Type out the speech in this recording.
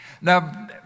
Now